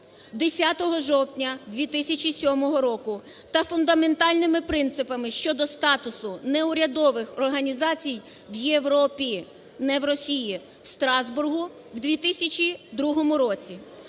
10 жовтня 2007 року, та фундаментальними принципами щодо статусу неурядових організацій в Європі, не в Росії, в Страсбурзі в 2002 році.